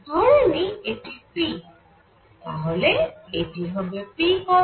ধরে নিই এটি p তাহলে এটি হবে pcosθ